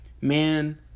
Man